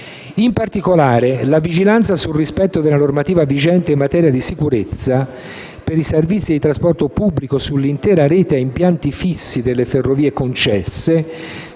In particolare, la vigilanza sul rispetto della normativa vigente in materia di sicurezza, per i servizi di trasporto pubblico sull'intera rete ad impianti fissi delle ferrovie concesse,